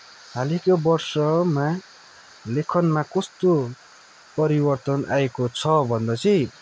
हालैको वर्षमा लेखनमा कस्तो परिवर्तन आएको छ भन्दा चाहिँ